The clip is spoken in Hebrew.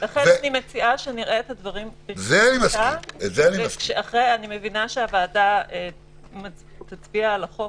אלא לחייב אותה לקבל החלטות בשקיפות מלאה ובהבנה והסברה של הציבור.